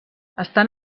estan